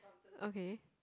okay